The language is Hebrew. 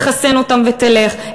תחסן אותם ותלך,